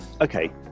okay